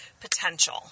potential